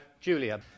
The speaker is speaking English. Julia